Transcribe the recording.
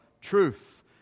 truth